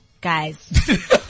Guys